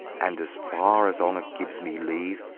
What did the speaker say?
and as far as honour gives me leave,